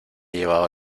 llevado